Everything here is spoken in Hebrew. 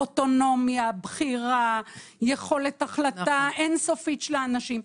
יכולת, בחירה, יכולת החלטה אין סופית של אנשים.